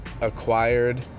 acquired